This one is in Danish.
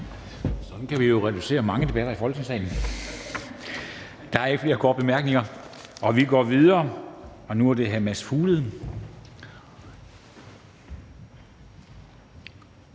Sådan kan vi jo reducere mange debatter i Folketingssalen. Der er ikke flere korte bemærkninger. Vi går videre, og nu er det hr. Mads Fuglede,